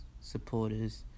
supporters